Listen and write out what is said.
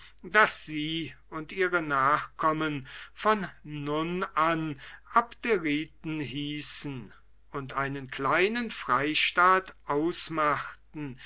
daß sie und ihre nachkommen von nun an abderiten hießen und einen kleinen freistaat ausmachten